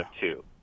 two